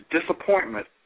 disappointment